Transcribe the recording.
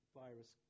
virus